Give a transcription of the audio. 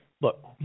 Look